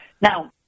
Now